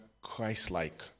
Christ-like